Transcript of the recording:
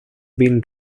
been